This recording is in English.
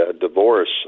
divorce